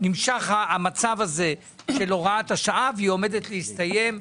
נמשך המצב של הוראת השעה והיא עומדת להסתיים.